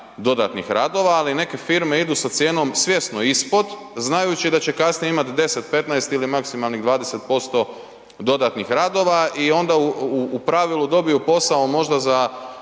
dodatnih radova, ali neke firme idu sa cijenom svjesno ispod znajući da će kasnije imati 10, 15 ili maksimalnih 20% dodatnih radova i onda u pravilu dobiju posao možda za